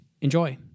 Enjoy